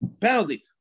Penalty